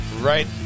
Right